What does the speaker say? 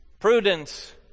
Prudence